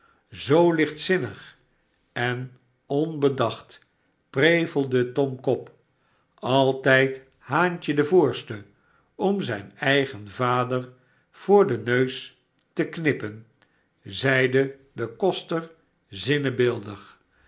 zoo lichtzinnig en onbedacht prevelde tom cobb altijd haantje de voorste om zijn eigen vader voor den neus te knippen zeide de koster zinnebeeldig